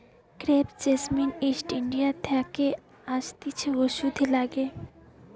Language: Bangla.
ক্রেপ জেসমিন ইস্ট ইন্ডিয়া থাকে আসতিছে ওষুধে লাগে